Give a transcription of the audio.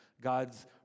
God's